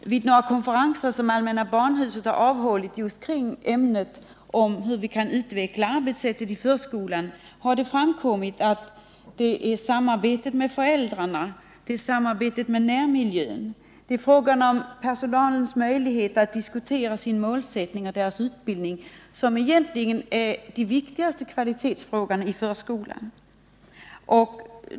Vid några konferenser som Allmänna barnhuset hållit just kring frågan om hur vi skall kunna utveckla arbetssätten i förskolan har det framkommit att det är samarbetet med föräldrarna och de boende i närmiljön samt personalens möjligheter att diskutera sin utbildning och målsättningen för arbetet som är de viktigaste kvalitetsfrågorna i förskolan.